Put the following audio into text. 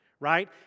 right